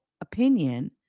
opinion